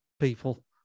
people